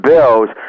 Bills